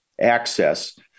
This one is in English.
access